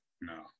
no